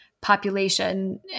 population